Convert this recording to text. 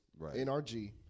NRG